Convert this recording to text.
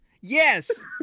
yes